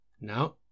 Now